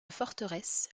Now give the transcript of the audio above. forteresse